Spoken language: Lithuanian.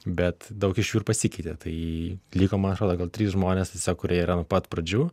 bet daug iš jų ir pasikeitė tai liko man atrodo gal trys žmonės kurie yra nuo pat pradžių